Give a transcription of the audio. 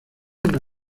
una